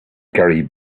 gary